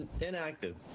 inactive